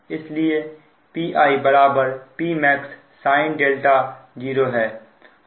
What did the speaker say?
इसलिए Pi Pmax sin 0 है